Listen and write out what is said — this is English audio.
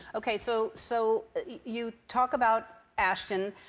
ok. so so you talk about ashton.